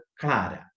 Clara